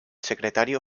secretario